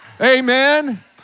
Amen